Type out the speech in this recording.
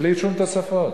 בלי שום תוספות.